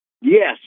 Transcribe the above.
Yes